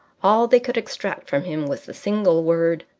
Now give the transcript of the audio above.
all they could extract from him was the single word